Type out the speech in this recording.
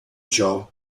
ciò